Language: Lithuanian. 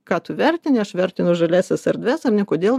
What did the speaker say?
ką tu vertini aš vertinu žaliąsias erdves ar ne kodėl